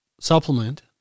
supplement